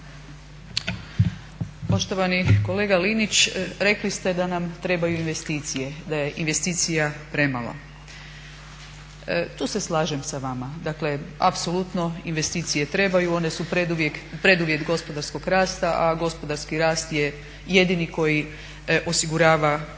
Poštovani kolega Linić rekli ste da nam trebaju investicije, da je investicija premalo. Tu se slažem sa vama. Dakle, apsolutno investicije trebaju, one su preduvjet gospodarskog rasta a gospodarski rast je jedini koji osigurava